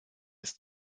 ist